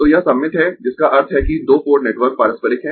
तो यह सममित है जिसका अर्थ है कि दो पोर्ट नेटवर्क पारस्परिक है